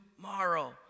tomorrow